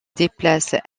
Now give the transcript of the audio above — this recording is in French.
déplacent